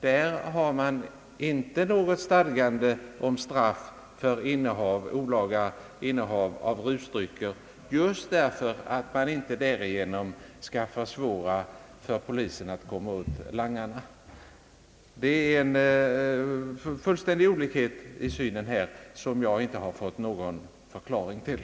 Där finns inte något stadgande om straff för olaga innehav av rusdrycker — just för att man inte skall göra det svårare för polisen att komma åt langarna. Här är det en fullständig olikhet i synsättet, som jag inte har fått någon förklaring till.